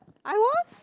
I was